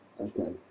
Okay